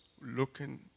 looking